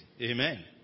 Amen